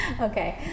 Okay